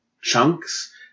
chunks